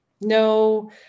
no